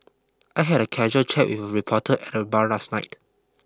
I had a casual chat with a reporter at a bar last night